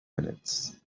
minutes